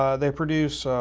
um they produce,